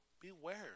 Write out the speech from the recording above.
Beware